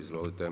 Izvolite.